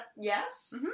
yes